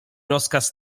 rozkaz